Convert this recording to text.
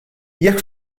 jekk